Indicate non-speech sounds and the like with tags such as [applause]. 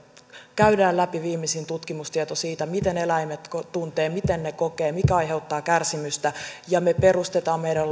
käymme läpi viimeisimmän tutkimustiedon siitä miten eläimet tuntevat miten ne kokevat mikä aiheuttaa kärsimystä ja me perustamme meidän [unintelligible]